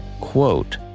quote